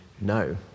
no